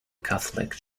catholic